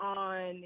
on